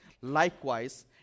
Likewise